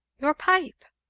your pipe!